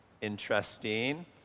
interesting